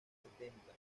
setenta